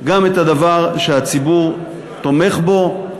גם את הדבר שהציבור תומך בו,